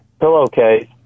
pillowcase